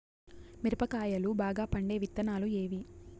మిరప కాయలు బాగా పండే విత్తనాలు ఏవి